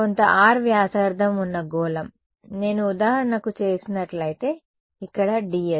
కొంత r వ్యాసార్థం ఉన్న గోళం నేను ఉదాహరణకు చేసినట్లయితే ఇక్కడ ds